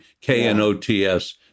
K-N-O-T-S